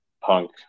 Punk